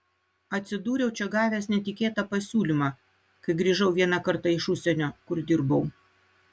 atsidūriau čia gavęs netikėtą pasiūlymą kai grįžau vieną kartą iš užsienio kur dirbau